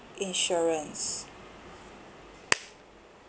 insurance